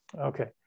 Okay